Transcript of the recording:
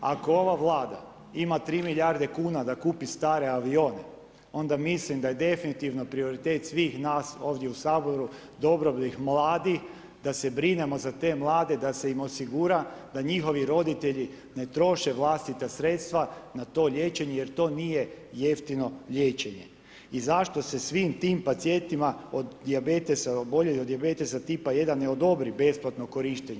Ako ova Vlada ima 3 milijarde kuna da kupi stare avione, onda mislim da je definitivno prioritet svih nas ovdje u Saboru dobrobit mladih, da se brinemo za te mlade da im se osigura da njihovi roditelji ne troše vlastita sredstva na to liječenje jer to nije jeftino liječenje i zašto se svim tim pacijentima od dijabetesa, oboljelim od dijabetesa tipa 1 ne odobri besplatno korištenje.